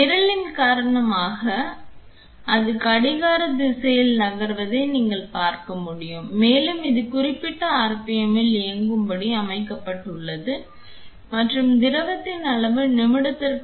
நிரலின் காரணமாக அது கடிகார திசையில் நகர்வதை நீங்கள் பார்க்க முடியும் மேலும் இது குறிப்பிட்ட RPM இல் இயங்கும்படி அமைக்கப்பட்டுள்ளது மற்றும் திரவத்தின் அளவு நிமிடத்திற்கு 0